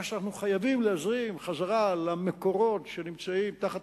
מה שאנחנו חייבים להזרים חזרה למקורות שנמצאים תחת